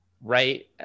right